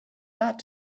that